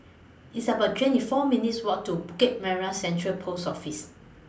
It's about twenty four minutes' Walk to Bukit Merah Central Post Office